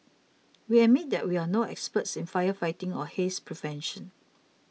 we admit that we are no experts in firefighting or haze prevention